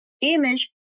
image